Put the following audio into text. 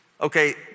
Okay